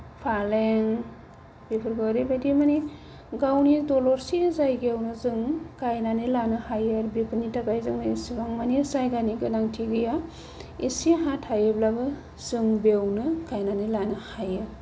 फालें बेफोरखौ ओरैबायदि माने गावनि दलरसे जायगायावनो जों गायनानै लानो हायो आरो बेफोरनि थाखाय जोङो एसेबां माने जायगानि गोनांथि गैया एसे हा थायोब्लाबो जों बेयावनो गायनानै लानो हायो